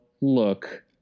look